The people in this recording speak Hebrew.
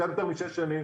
קצת יותר משש שנים,